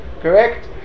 Correct